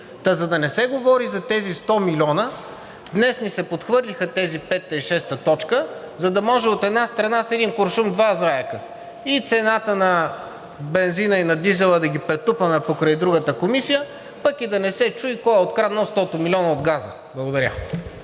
за да не се говори за тези 100 милиона, днес ни се подхвърлиха тези пета и шеста точка, за да може, от една страна, с един куршум два заека – и цената на бензина, и на дизела да ги претупаме покрай другата комисия, пък и да не се чуе кой е откраднал 100-те милиона от газа. Благодаря.